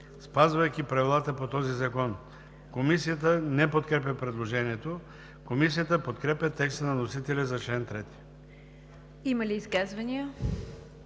спазвайки правилата по този закон.“ Комисията не подкрепя предложението. Комисията подкрепя текста на вносителя за чл. 3. ПРЕДСЕДАТЕЛ